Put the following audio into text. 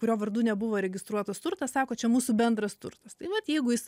kurio vardu nebuvo registruotas turtas sako čia mūsų bendras turtas tai vat jeigu jis